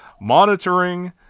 monitoring